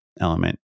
element